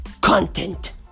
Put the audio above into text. content